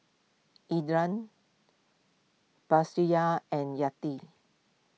Indra Batrisya and Yati